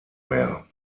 mehr